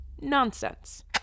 nonsense